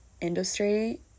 industry